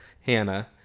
Hannah